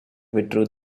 withdrew